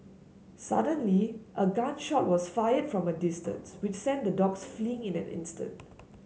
suddenly a gun shot was fired from a distance which sent the dogs fleeing in an instant